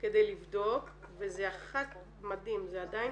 כדי לבדוק וזה מדהים, זה עדיין